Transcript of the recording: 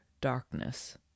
darkness